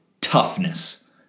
toughness